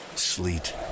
Sleet